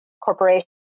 corporation